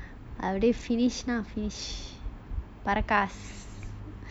already finished ah பறக்க:paraka